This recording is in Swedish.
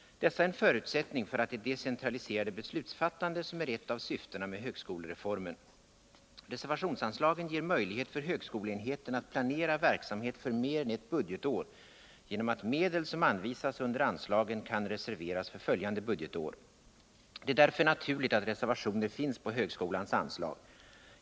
Dessa är en förutsättning för det decentraliserade beslutsfattande som är ett av syftena med högskolereformen. Reservationsanslagen ger möjlighet för högskoleenheterna att planera verksamhet för mer än ett budgetår genom att medel som anvisas under anslagen kan reserveras för följande budgetår. Det är därför naturligt att reservationer finns på högskolans anslag.